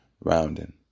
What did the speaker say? Rounding